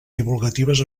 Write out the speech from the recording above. divulgatives